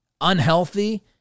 unhealthy